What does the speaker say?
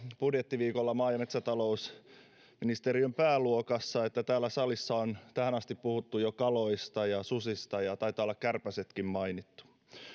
budjettiviikolla maa ja metsätalousministeriön pääluokassa että täällä salissa on tähän asti puhuttu jo kaloista ja susista ja taitaa olla kärpäsetkin mainittu